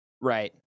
Right